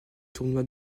tournoi